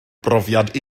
brofiad